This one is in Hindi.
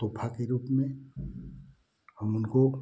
तोहफा के रूप में हम उनको